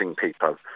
people